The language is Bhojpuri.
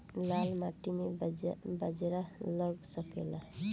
लाल माटी मे बाजरा लग सकेला?